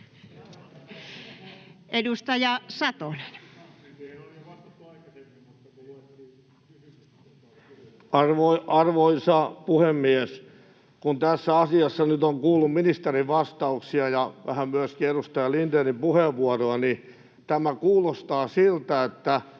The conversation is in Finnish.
16:57 Content: Arvoisa puhemies! Kun tässä asiassa nyt on kuullut ministerin vastauksia ja vähän myöskin edustaja Lindénin puheenvuoroa, niin tämä kuulostaa siltä, että